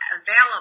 available